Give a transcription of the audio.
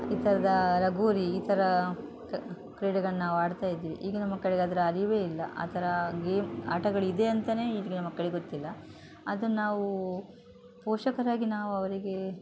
ಈ ಥರದ ಲಗೋರಿ ಈ ಥರ ಕ ಕ್ರೀಡೆಗಳು ನಾವು ಆಡ್ತಾ ಇದ್ವಿ ಈಗಿನ ಮಕ್ಕಳಿಗೆ ಅದರೆ ಅರಿವೆ ಇಲ್ಲ ಆ ಥರ ಗೇಮ್ ಆಟಗಳಿದೆ ಅಂಥನೆ ಈಗಿನ ಮಕ್ಕಳಿಗೆ ಗೊತ್ತಿಲ್ಲ ಅದನ್ನು ನಾವು ಪೋಷಕರಾಗಿ ನಾವು ಅವರಿಗೆ